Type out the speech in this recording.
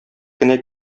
кенә